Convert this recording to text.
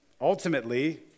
ultimately